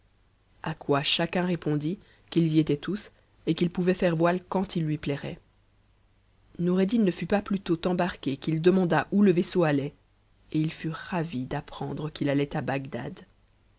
a quoi chacun répondit qu'ils y étaient tons et qu'il pouvait faire quand il lui plairait noureddin ne tut pas p us tôt embarque qu'il da ou p vaisseau a ai et i fu ravi d'apprfndro qu'i a t it à bagdad